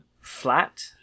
flat